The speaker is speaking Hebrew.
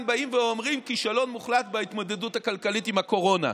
באים ואומרים: כישלון מוחלט בהתמודדות הכלכלית עם הקורונה.